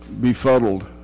befuddled